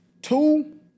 Two